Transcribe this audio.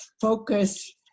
Focus